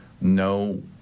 no